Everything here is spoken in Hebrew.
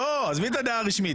עזבי את הדעה הרשמית.